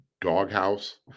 doghouse